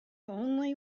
only